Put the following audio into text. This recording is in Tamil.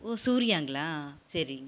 ஓ சூரியாங்களா சரி